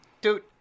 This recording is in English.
dude